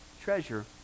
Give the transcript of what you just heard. treasure